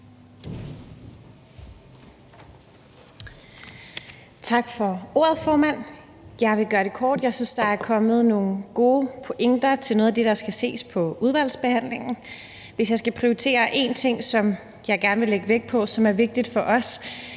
Tak for ordet, formand. Jeg vil gøre det kort. Jeg synes, at der er kommet nogle gode pointer i forhold til noget af det, som der skal ses på i udvalgsbehandlingen. Hvis jeg skal prioritere én ting, som jeg gerne vil lægge vægt på, som er vigtig for os